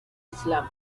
islam